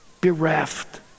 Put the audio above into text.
bereft